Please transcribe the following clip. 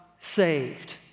saved